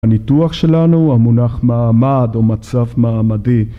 הניתוח שלנו, המונח מעמד או מצב מעמדי